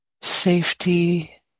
safety